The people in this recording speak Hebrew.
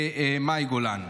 מאי גולן.